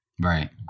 Right